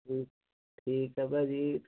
ਠੀਕ ਠੀਕ ਆ ਭਾਅ ਜੀ ਜੀ